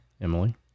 Emily